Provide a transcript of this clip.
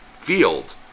field